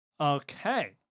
Okay